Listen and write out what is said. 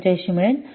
85 मिळेल